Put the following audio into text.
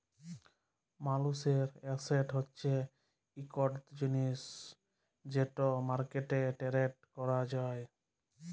মালুসের এসেট হছে ইকট জিলিস যেট মার্কেটে টেরেড ক্যরা যায়